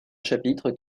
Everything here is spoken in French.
chapitre